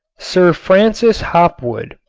sir francis hopwood,